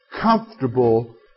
comfortable